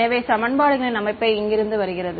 எனவே சமன்பாடுகளின் அமைப்பு இங்கிருந்து வருகிறது